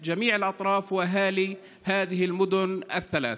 כל הצדדים והתושבים בשלוש הערים האלה.)